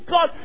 God